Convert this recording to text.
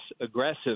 aggressive